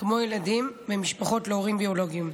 כמו לילדים ממשפחות עם הורים ביולוגיים.